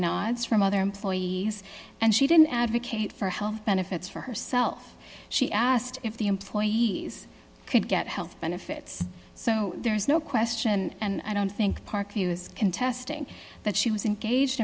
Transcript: nods from other employees and she didn't advocate for health benefits for herself she asked if the employees could get health benefits so there's no question and i don't think parky was contesting that she was engaged